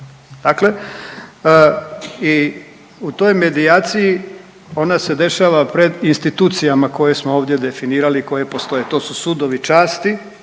Dakle, i u toj medijaciji ona se dešava pred institucijama koje smo ovdje definirali i koji postoje. To su sudovi časti